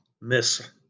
miss